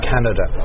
Canada